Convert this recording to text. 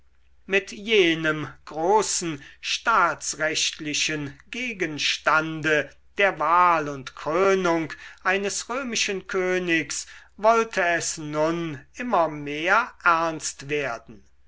mit jenem großen staatsrechtlichen gegenstande der wahl und krönung eines römischen königs wollte es nun immer mehr ernst werden